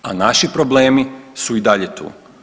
A naši problemi su i dalje tu.